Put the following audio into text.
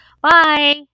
Bye